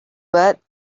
but